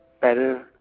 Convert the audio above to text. better